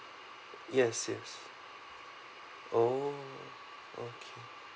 yes yes oh okay